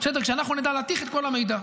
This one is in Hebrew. כשאנחנו נדע להתיך את כל המידע.